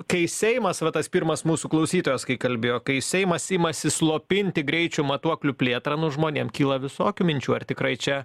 kai seimas va tas pirmas mūsų klausytojas kai kalbėjo kai seimas imasi slopinti greičių matuoklių plėtrą nu žmonėm kyla visokių minčių ar tikrai čia